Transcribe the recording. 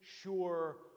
sure